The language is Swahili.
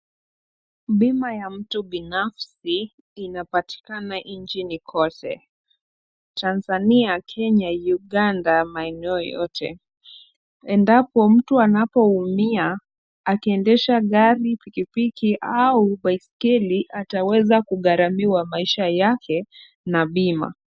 Bima ya mtu binafsi inapatikana nchini kote. Tanzania, Kenya, Uganda maeneo yote. Endapo mtu anapoumia akiendesha gari, pikipiki au baiskeli ataweza kugharamiwa maisha yake na bima.